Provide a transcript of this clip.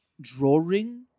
Drawing